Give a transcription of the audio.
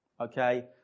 Okay